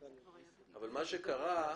אבל מה שקרה,